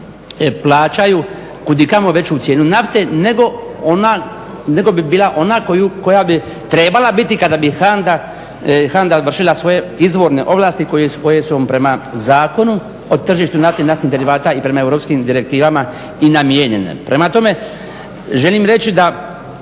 plaćaju kudikamo veću cijenu nafte nego bi bila ona koja bi trebala biti kada bi HANDA vršila svoje izvorne ovlasti koje su prema Zakonu o tržištu nafte i naftnih derivata i prema europskim direktivama i namijenjene. Prema tome, želim reći da